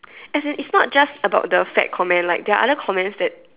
as in it's not just about the fat comment like there are other comments that